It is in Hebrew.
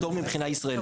פטור מבחינה ישראלית.